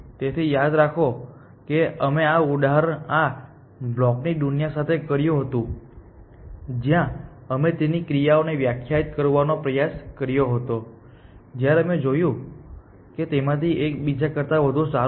તેથી યાદ રાખો કે અમે આ ઉદાહરણ આ બ્લોક ની દુનિયા સાથે કર્યું હતું જ્યાં અમે તેની ક્રિયાઓને વ્યાખ્યાયિત કરવાનો પ્રયાસ કર્યો હતો જ્યારે અમે જોયું કે તેમાંથી એક બીજા કરતા વધુ સારું છે